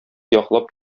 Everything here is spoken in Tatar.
яклап